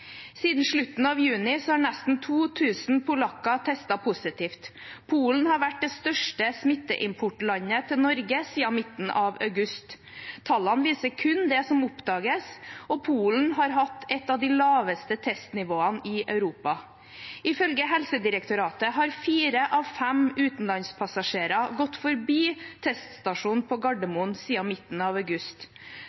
Siden slutten av juni har nesten 2 000 polakker testet positivt. Polen har vært det største smitteimportlandet til Norge siden midten av august. Tallene viser kun det som oppdages, og Polen har hatt et av de laveste testnivåene i Europa. Ifølge Helsedirektoratet har fire av fem utenlandspassasjerer gått forbi teststasjonen på